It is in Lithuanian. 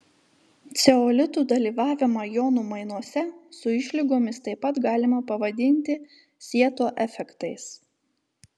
ceolitų dalyvavimą jonų mainuose su išlygomis taip pat galima pavadinti sieto efektais